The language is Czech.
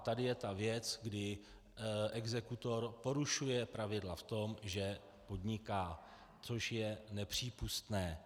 Tady je ta věc, kdy exekutor porušuje pravidla v tom, že podniká, což je nepřípustné.